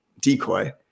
decoy